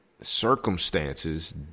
circumstances